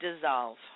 Dissolve